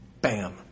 bam